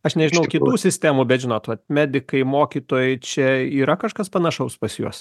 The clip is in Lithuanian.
aš nežinau kitų sistemų bet žinot vat medikai mokytojai čia yra kažkas panašaus pas juos